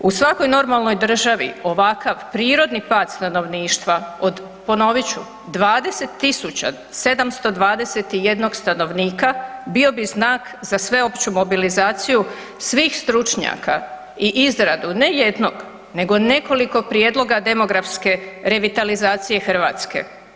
U svakoj normalnoj državi ovakav prirodni pad stanovništva od ponovit ću 20.721 stanovnika bio bi znak za sveopću mobilizaciju svih stručnjaka i izradu ne jednog nego nekoliko prijedloga demografske revitalizacije Hrvatske.